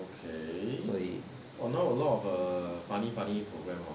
所以